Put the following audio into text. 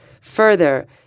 further